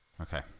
Okay